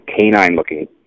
canine-looking